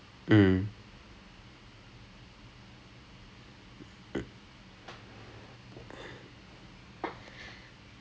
அதை நான் பாத்துட்டு:athai naan paatthuttu I was like how is this cricket like what the shit am I watching right now it was like it was like watching eight spiderman